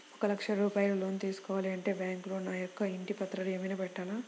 ఒక లక్ష రూపాయలు లోన్ తీసుకోవాలి అంటే బ్యాంకులో నా యొక్క ఇంటి పత్రాలు ఏమైనా పెట్టాలా?